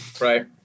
Right